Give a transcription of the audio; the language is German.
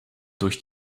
durch